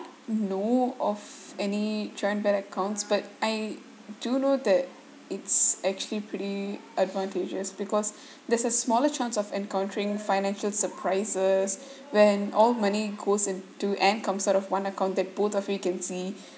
know of any joint bank accounts but I do know that it's actually pretty advantageous because there's a smaller chance of encountering financial surprises when all money goes into and comes out of one account that both of you can see